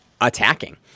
attacking